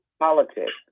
politics